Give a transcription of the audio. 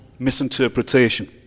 misinterpretation